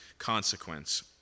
consequence